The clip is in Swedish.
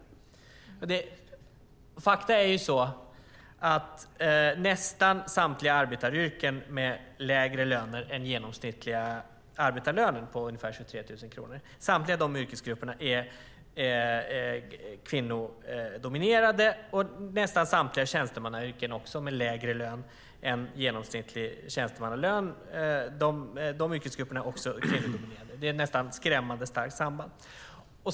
Faktum är att nästan samtliga arbetaryrken med lägre löner än den genomsnittliga arbetarlönen på ungefär 23 000 kronor är kvinnodominerade. Även nästan samtliga tjänstemannayrken med lägre lön än den genomsnittliga tjänstemannalönen är kvinnodominerade. Det är ett nästan skrämmande starkt samband.